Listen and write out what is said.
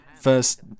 first